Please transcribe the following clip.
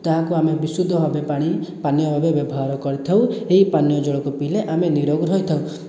ତାହାକୁ ଆମେ ବିଶୁଦ୍ଧ ଭାବେ ପାଣି ପାନୀୟ ଭାବେ ବ୍ୟବହାର କରିଥାଉ ଏହି ପାନୀୟ ଜଳକୁ ପିଇଲେ ଆମେ ନିରୋଗ ରହିଥାଉ